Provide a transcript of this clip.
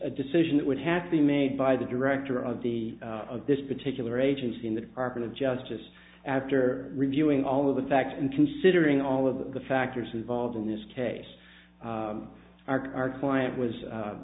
a decision that would have to be made by the director of the of this particular agency in the department of justice after reviewing all of the facts and considering all of the factors involved in this case our client was